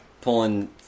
pulling